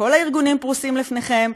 כל הארגונים פרוסים לפניכם,